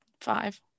five